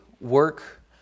work